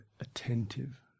attentive